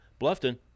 Bluffton